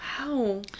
Wow